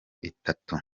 itatu